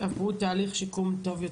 עברו תהליך שיקום טוב יותר.